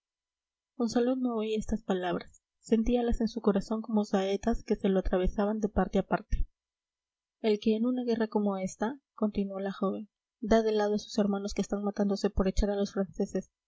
nobleza monsalud no oía estas palabras sentíalas en su corazón como saetas que se lo atravesaban de parte a parte el que en una guerra como esta continuó la joven da de lado a sus hermanos que están matándose por echar a los